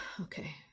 okay